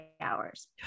hours